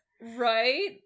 Right